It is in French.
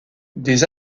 des